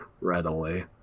readily